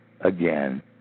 again